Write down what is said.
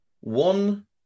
one